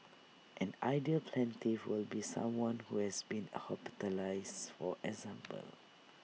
an ideal plaintiff would be someone who has been hospitalised for example